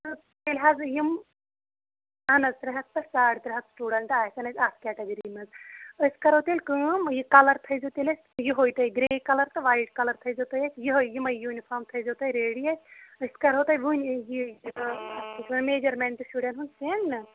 تہٕ تیٚلہِ حظ یِم اہن حظ ترٛےٚ ہَتھ پٮ۪ٹھ ساڈ ترٛےٚ ہَتھ سِٹوّڈنٹ آسن اَسہِ اَتھ کیٹَگٕری مَنٛز أسۍ کَرو تیٚلہِ کٲم یہِ کَلَر تھٲے زیو تیٚلہِ اَسہِ یُہے گِرے کَلَر تہٕ وایِٹ کَلَر تھٲے زیو تُہۍ اَسہِ یِہے یِمے یوٗنِفام تھٲے زیو تُہۍ ریڈی اَسہِ أسۍ کَرہو تۄہہِ وۄنۍ یہِ اَتھ کیاہ چھِ وَنان میجَرمٮ۪نٹ شُرٮ۪ن ہُند سٮ۪نڑ نا